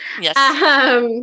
Yes